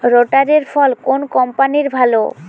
রোটারের ফল কোন কম্পানির ভালো?